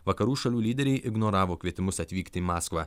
vakarų šalių lyderiai ignoravo kvietimus atvykti į maskvą